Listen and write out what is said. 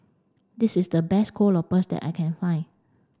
this is the best Kuih Lopes that I can find